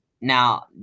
now